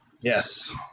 Yes